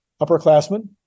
upperclassmen